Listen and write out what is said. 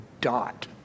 dot